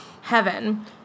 heaven